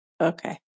Okay